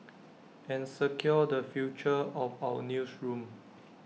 and secure the future of our newsroom